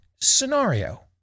scenario